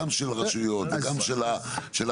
גם של הרשויות וגם שלכם,